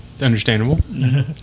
understandable